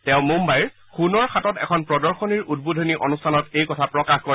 তেওঁ মুম্বাইৰ ছনৰ হাটত এখন প্ৰদশনীৰ উদ্বোধনী অনুষ্ঠানত এই কথা প্ৰকাশ কৰে